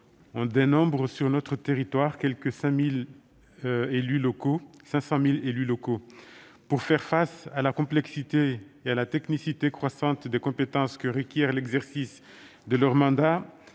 on dénombre sur notre territoire quelque 500 000 élus locaux. Pour faire face à la complexité et à la technicité croissantes des compétences que requiert l'exercice de leur mandat,